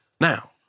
Now